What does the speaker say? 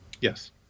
Yes